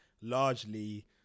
largely